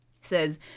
says